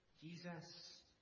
Jesus